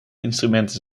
instrumenten